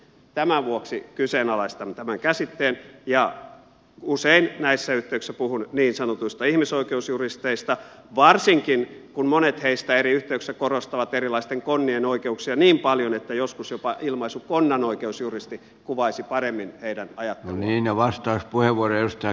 tämän vuoksi kyseenalaistan tämän käsitteen ja usein näissä yhteyksissä puhun niin sanotuista ihmisoikeusjuristeista varsinkin kun monet heistä eri yhteyksissä korostavat erilaisten konnien oikeuksia niin paljon että joskus jopa ilmaisu konnanoikeusjuristi kuvaisi paremmin heidän ajatteluaan